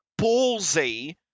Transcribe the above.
ballsy